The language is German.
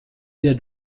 wieder